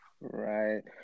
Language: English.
right